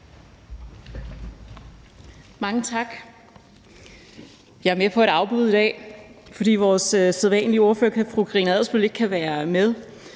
Mange tak. Jeg er med på et afbud i dag, fordi vores sædvanlige ordfører, fru Karina Adsbøl, ikke kan være med.